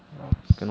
rubs